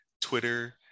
Twitter